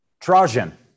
Trajan